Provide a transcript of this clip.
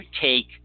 take